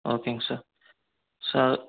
ஓகேங்க sir sir